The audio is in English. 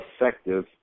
effective